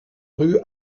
rue